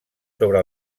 sobre